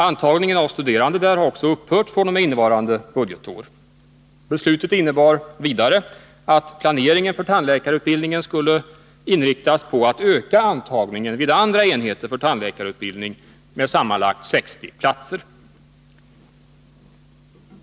Antagningen av studerande där har också upphört fr.o.m. innevarande budgetår. Vidare innebar beslutet att planeringen för tandläkarutbildningen skulle inriktas på att öka antagningen vid andra enheter för tandläkarutbildning med sammanlagt 60 platser.